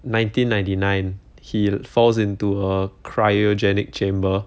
nineteen ninety nine he falls into a cryogenic chamber